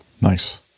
Nice